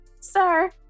sir